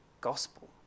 gospel